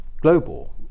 global